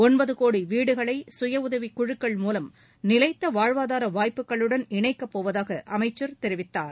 ஒன்பது கோடி வீடுகளை சுயஉதவிக்குழுக்கள் மூவம் நிலைத்த வாழ்வாதார வாய்ப்புகளுடன் இணைக்கப்போவதாக அமைச்சர் தெரிவித்தார்